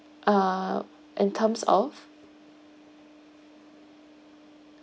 uh in terms of